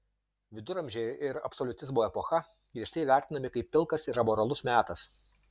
viduramžiai ir absoliutizmo epocha griežtai vertinami kaip pilkas ir amoralus metas